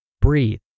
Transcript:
Breathe